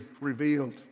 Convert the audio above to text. revealed